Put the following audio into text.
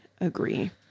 agree